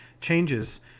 changes